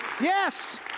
Yes